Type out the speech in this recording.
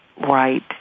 right